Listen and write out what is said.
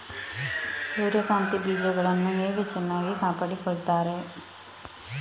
ಸೂರ್ಯಕಾಂತಿ ಬೀಜಗಳನ್ನು ಹೇಗೆ ಚೆನ್ನಾಗಿ ಕಾಪಾಡಿಕೊಳ್ತಾರೆ?